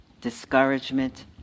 Discouragement